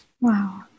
wow